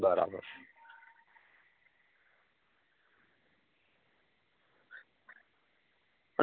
બરાબર છે